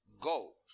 go